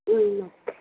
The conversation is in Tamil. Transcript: ம் ம்